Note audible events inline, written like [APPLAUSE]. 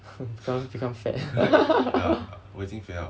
[NOISE] don't become fat [LAUGHS]